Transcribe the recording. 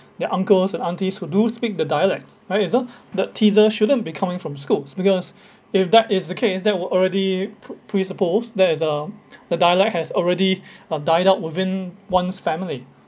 their uncles and aunties who do speak the dialect right it's uh the teaser shouldn't be coming from school because if that is the case that would already pre~ presupposed that is the the dialect has already uh died out within one's family